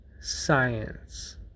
science